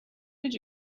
did